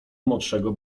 młodszego